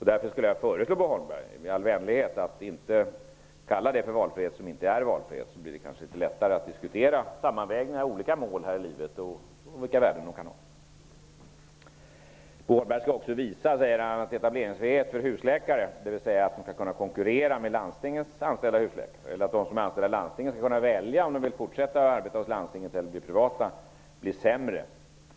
Därför skulle jag föreslå Bo Holmberg i all vänlighet att inte kalla det för valfrihet som inte är valfrihet. Det blir kanske litet lättare att diskutera sammanvägningar mellan olika mål här i livet och vilka värden de kan ha. Bo Holmberg skall också visa att etableringsfrihet för husläkare, dvs. att de skall kunna konkurrera med av landstingen anställda läkare och välja om de skall fortsätta att arbeta för landstinget eller bli privata, blir sämre.